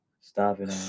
Starving